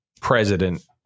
president